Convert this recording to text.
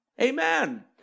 Amen